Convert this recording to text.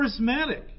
charismatic